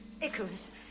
Icarus